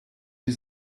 die